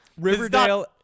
Riverdale